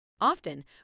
Often